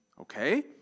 Okay